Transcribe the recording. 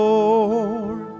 Lord